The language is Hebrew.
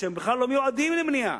שבכלל לא מיועדים לבנייה.